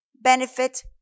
benefit